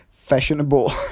fashionable